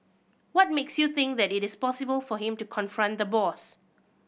what makes you think that it is possible for him to confront the boss